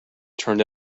turned